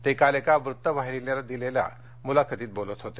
ते काल एका वृत्तवाहिनीला दिलेल्या मुलाखतीत बोलत होते